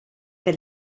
per